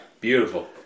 Beautiful